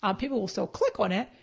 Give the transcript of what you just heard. um people will still click on it,